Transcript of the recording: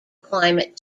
climate